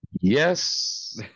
Yes